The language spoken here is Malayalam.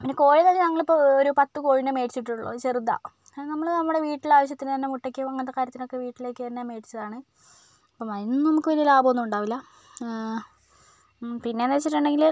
പിന്നെ കോഴിയെന്നു പറഞ്ഞാൽ ഞങ്ങളിപ്പോൾ ഒരു പത്ത് കോഴീനെ മേടിച്ചിട്ടുള്ളു അത് ചെറുതാണ് നമ്മൾ നമ്മുടെ വീട്ടിൽ ആവശ്യത്തിന് തന്നെ മുട്ടക്ക് അങ്ങനത്തെ കാര്യത്തിനൊക്കെ വീട്ടിലേക്ക് തന്നെ മേടിച്ചതാണ് അപ്പം അതിനൊന്നും നമുക്ക് വലിയ ലാഭമൊന്നും ഉണ്ടാകില്ല പിന്നെയെന്നു വെച്ചിട്ടുണ്ടെങ്കിൽ